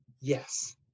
Yes